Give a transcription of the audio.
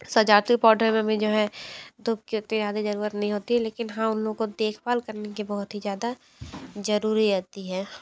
सजाती हूँ पौधों में भी जो है धूप की उतनी ज़्यादा ज़रूरत नहीं होती है लेकिन हाँ उनको देखभाल करने की बहुत ही ज़्यादा ज़रूरी आती है